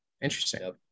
interesting